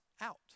out